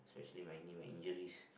especially my knee my injuries